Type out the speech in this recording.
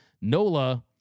Nola